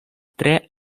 tre